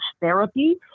therapy